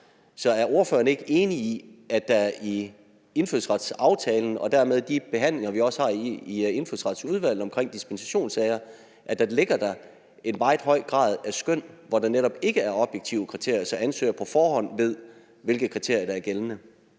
Så er ordføreren ikke enig i, at der i indfødsretsaftalen og dermed i de behandlinger, vi også har i Indfødsretsudvalget omkring dispensationssager, ligger en meget høj grad af skøn, hvor der netop ikke er objektive kriterier, så ansøgere på forhånd ved, hvilke kriterier der er gældende?